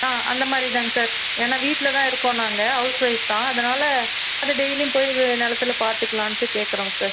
ஆ அந்தமாதிரி தாங்க சார் ஏன்னா வீட்டில் தான் இருக்கோம் நாங்கள் ஹவுஸ் ஒய்ஃப் தான் அதனால் அது டெய்லியும் போய் வி நிலத்துல பார்த்துக்கலான்ட்டு கேட்குறோம் சார்